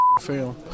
film